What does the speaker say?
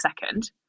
second